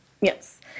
yes